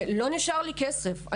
ולא נשאר לי כסף.